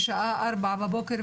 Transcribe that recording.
בשעה ארבע בבוקר,